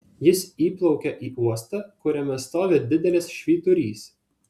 jis įplaukia į uostą kuriame stovi didelis švyturys